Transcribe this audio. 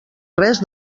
res